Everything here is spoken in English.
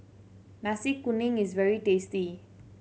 Nasi Kuning is very tasty